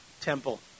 temple